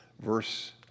Verse